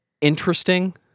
interesting